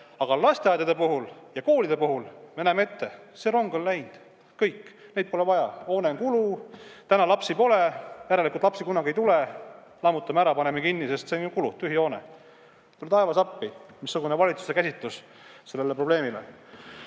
Aga lasteaedade ja koolide puhul me näeme ette: see rong on läinud. Kõik, neid pole vaja, hoone on kulu. Täna lapsi pole, järelikult lapsi kunagi ei tule – lammutame ära, paneme kinni, sest see on ju tühi hoone. Tule taevas appi, missugune on valitsuse käsitlus selle probleemi